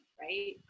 right